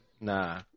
Nah